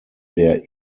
der